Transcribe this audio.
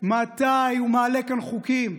מתי הוא מעלה כאן חוקים?